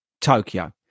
Tokyo